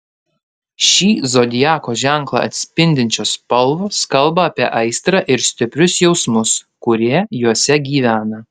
šį zodiako ženklą atspindinčios spalvos kalba apie aistrą ir stiprius jausmus kurie juose gyvena